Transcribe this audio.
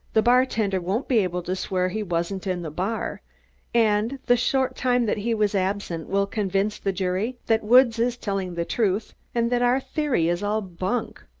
the bartender won't be able to swear he wasn't in the bar and the short time that he was absent will convince the jury that woods is telling the truth and that our theory is all bunk.